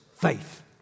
faith